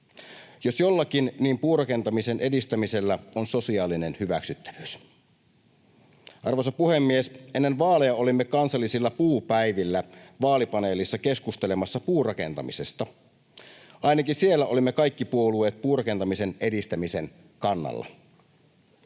Jos jollakin niin puurakentamisen edistämisellä on sosiaalinen hyväksyttävyys. Arvoisa puhemies! Ennen vaaleja olimme kansallisilla puupäivillä vaalipaneelissa keskustelemassa puurakentamisesta. Ainakin siellä olimme kaikki puolueet puurakentamisen edistämisen kannalla.